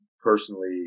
personally